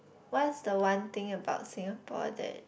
what's the one thing about Singapore that